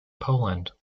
poland